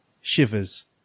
shivers